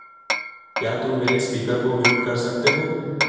क्या तुम मेरे स्पीकर को म्यूट कर सकते हो